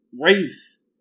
race